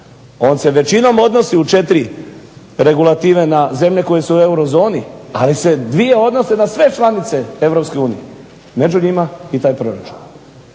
On se većinom odnosi u 4 regulative na zemlje koje su u euro zoni. Ali se dvije odnose na sve članice Europske unije među njima i taj proračun.